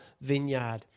Vineyard